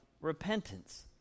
repentance